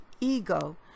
ego